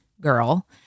girl